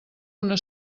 una